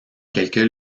quelques